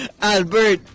Albert